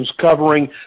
covering